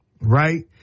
Right